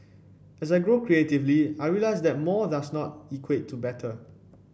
as I grow creatively I realise that more does not equate to better